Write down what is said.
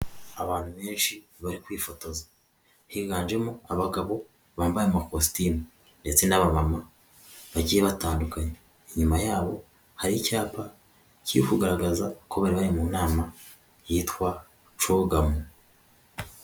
Abantu benshi bari kwifotoza, higanjemo abagabo bambaye amakositimu ndetse n'abamama bagiye batandukanye, inyuma yabo hari icyapa kiri kugaragaza ko bari bari mu nama yitwa cogamu.